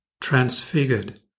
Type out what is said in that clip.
transfigured